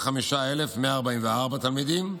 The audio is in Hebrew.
85,144 תלמידים,